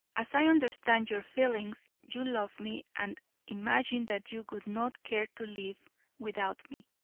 as i understand your feelings, you love me and imagine that you would not care to live without me.